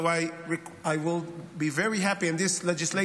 So I will be very happy and this legislation